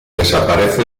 desaparece